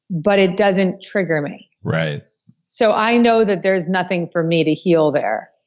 but it doesn't trigger me right so i know that there's nothing for me to heal there,